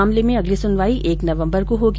मामले में अगली सुनवाई एक नवम्बर को होगी